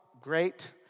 great